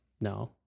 No